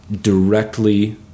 directly